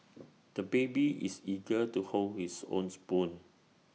the baby is eager to hold his own spoon